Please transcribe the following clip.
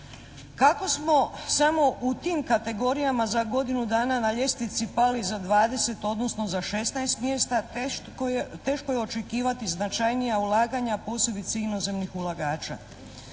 Kako smo samo u tim kategorijama za godinu dana na ljestvici pali za 20, odnosno za 16 mjesta teško je očekivati značajnija ulaganja posebice inozemnih ulagača.